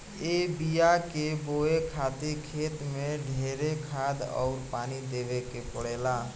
ए बिया के बोए खातिर खेत मे ढेरे खाद अउर पानी देवे के पड़ेला